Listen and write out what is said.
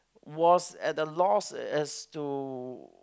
was at the loss as to